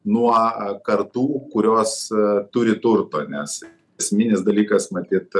nuo kartų kurios turi turto nes esminis dalykas matyt